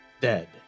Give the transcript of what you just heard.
dead